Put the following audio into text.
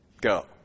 go